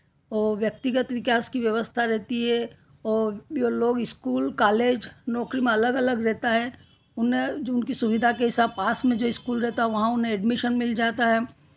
और व्यक्तिगत विकास की व्यवस्था रहती है यो लोग इस्कूल कॉलेज नौकरी में अलग अलग रहता है उन्हें जो उनकी सुविधा के ऐसा पास में जो इस्कूल रहता है वहाँ उन्हें एडमिशन मिल जाता है